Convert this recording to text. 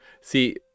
See